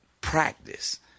practice